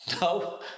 No